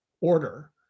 order